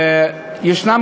צריך להאריך אותה.